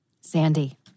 Sandy